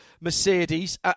Mercedes